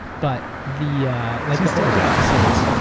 but the yeah like the older episodes,